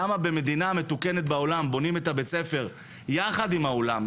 למה במדינה מתוקנת בעולם בונים את הבית ספר יחד עם האולם,